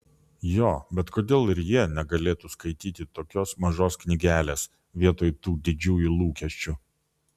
jo bet kodėl ir jie negalėtų skaityti tokios mažos knygelės vietoj tų didžiųjų lūkesčių